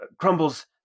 Crumbles